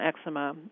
eczema